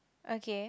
okay